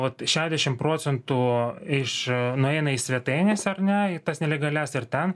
vat šedešimt procentų iš nueina į svetaines ar ne į tas nelegalias ir ten